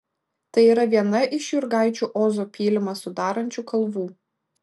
tai yra viena iš jurgaičių ozo pylimą sudarančių kalvų